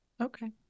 okay